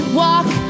walk